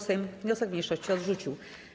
Sejm wniosek mniejszości odrzucił.